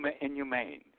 inhumane